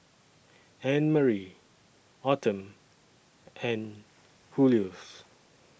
Annmarie Autumn and